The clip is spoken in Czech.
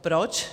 Proč?